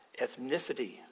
ethnicity